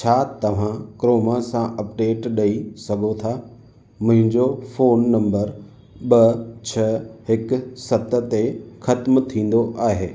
छा तव्हां क्रोमां सां अपडेट ॾई सघो था मुंहिंजो फ़ोन नम्बर ॿ छह हिकु सत ते ख़त्मु थींदो आहे